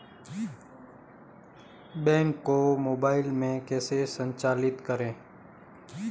Bank को mobile में कैसे संचालित करें?